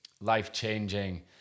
life-changing